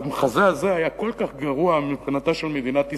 המחזה הזה היה כל כך גרוע מבחינתה של מדינת ישראל,